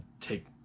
take